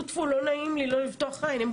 הם באים לגנוב,